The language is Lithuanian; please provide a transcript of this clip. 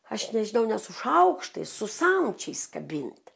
aš nežinau ne su šaukštais su samčiais kabint